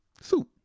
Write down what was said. Soup